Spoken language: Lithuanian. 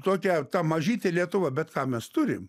tokia ta mažytė lietuva bet ką mes turim